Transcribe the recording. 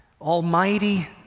Almighty